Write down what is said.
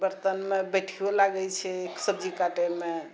बर्तनमे बैठियो लागै छै सब्जी काटैमे